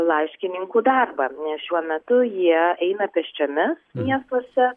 laiškininkų darbą nes šiuo metu jie eina pėsčiomis miestuose